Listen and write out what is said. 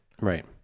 Right